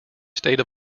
state